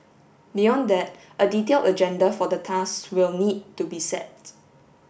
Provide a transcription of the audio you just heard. beyond that a detailed agenda for the talks will need to be set